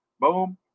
boom